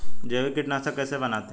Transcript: जैविक कीटनाशक कैसे बनाते हैं?